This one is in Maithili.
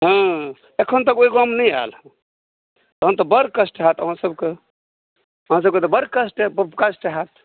हॅं एखन तक ओहि गाममे नहि आयल हँ तहन तऽ बड़ कष्ट होएत अहाँ सभके अहाँ सभकेँ तऽ बड़ कष्ट होएत